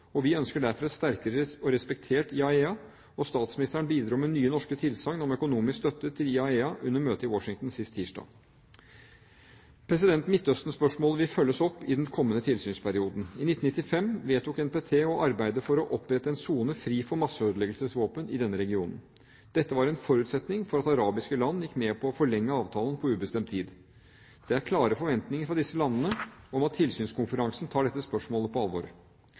og vi ønsker derfor et sterkt og respektert IAEA. Statsministeren bidro med nye norske tilsagn om økonomisk støtte til IAEA under møtet i Washington sist tirsdag. Midtøsten-spørsmålet vil følges opp i den kommende tilsynsperioden. I 1995 vedtok NPT å arbeide for å opprette en sone fri for masseødeleggelsesvåpen i denne regionen. Dette var en forutsetning for at arabiske land gikk med på å forlenge avtalen på ubestemt tid. Det er klare forventinger fra disse landene om at tilsynskonferansen tar dette spørsmålet på alvor.